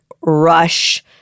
rush